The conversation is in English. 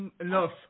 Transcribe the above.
enough